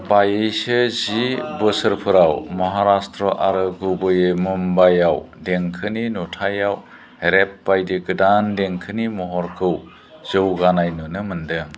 बावैसो जि बोसोरफोराव महाराष्ट्र आरो गुबैयै मुम्बाईआव देंखोनि नुथाइआव रैप बायदि गोदान देंखोनि महरखौ जौगानाय नुनो मोनदों